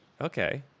Okay